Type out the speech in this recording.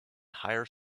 hire